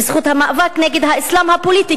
בזכות המאבק נגד האסלאם הפוליטי,